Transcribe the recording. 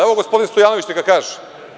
Evo, gospodin Stojanović neka kaže.